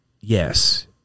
yes